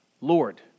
Lord